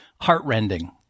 heartrending